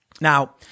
Now